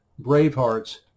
Bravehearts